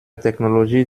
technologie